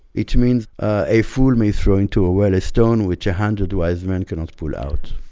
it means a a fool may throw into a well a stone which a hundred wise men cannot pull out.